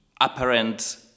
apparent